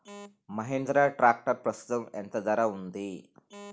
Mahindra tractor ప్రస్తుతం ఎంత ధర ఉంది?